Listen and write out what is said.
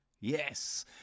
yes